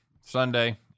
Sunday